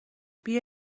بیا